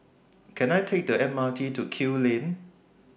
Can I Take The M R T to Kew Lane